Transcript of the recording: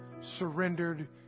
surrendered